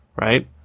right